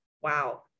Wow